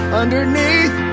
underneath